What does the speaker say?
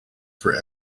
for